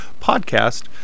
podcast